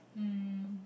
hmm